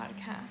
podcast